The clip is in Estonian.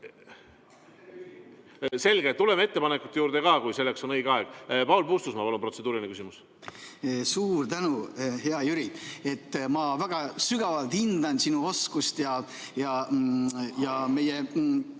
Selge. Tuleme ettepanekute juurde ka, kui selleks on õige aeg. Paul Puustusmaa, palun, protseduuriline küsimus! Suur tänu, hea Jüri! Ma väga sügavalt hindan sinu oskust meie